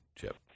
Chip